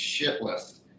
shitless